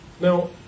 Now